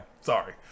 Sorry